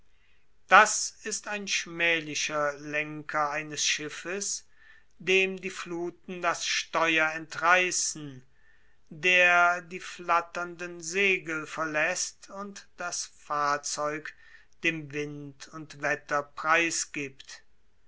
das ist ein schmählicher lenker eines schiffes dem die fluthen das steuer entreißen der die flatternden segel verläßt und das fahrzeug dem wind und wetter preisgibt